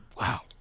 Wow